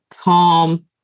calm